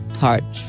heart